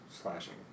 slashing